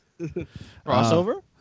Crossover